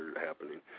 happening